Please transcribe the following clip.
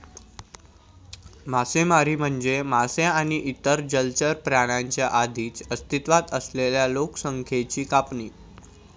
मासेमारी म्हणजे मासे आणि इतर जलचर प्राण्यांच्या आधीच अस्तित्वात असलेल्या लोकसंख्येची कापणी